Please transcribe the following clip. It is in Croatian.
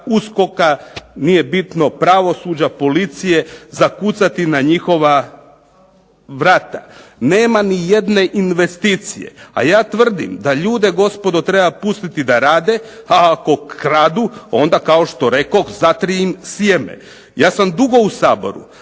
USKOK-a, nije bitno, pravosuđa, policije zakucati na njihova vrata. Nema nijedne investicije, a ja tvrdim da ljude gospodo treba pustiti rade, a ako kradu onda kao što rekoh zatri im sjeme. Ja sam dugo u Saboru